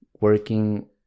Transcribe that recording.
working